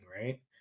right